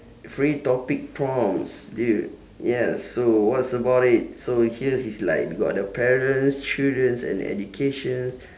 free topic prompts dude yes so what's about it so here's is like got the parents childrens and educations